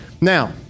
Now